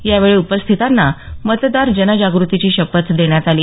यावेळी उपस्थितांना मतदार जनजाग़तीची शपथ देण्यात आली